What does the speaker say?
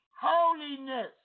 holiness